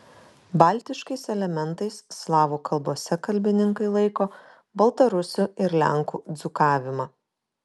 baltiškais elementais slavų kalbose kalbininkai laiko baltarusių ir lenkų dzūkavimą